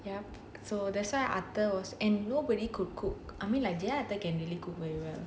ya so that's why arthur was and nobody could cook I mean like they can really cook really well